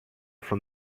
from